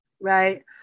right